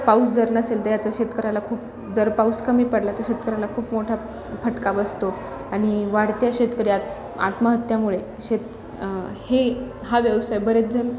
पाऊस जर नसेल तर याचा शेतकऱ्याला खूप जर पाऊस कमी पडला तर शेतकऱ्याला खूप मोठा फटका बसतो आणि वाढत्या शेतकरी आत आत्महत्यामुळे शेत हे हा व्यवसाय बरेचजण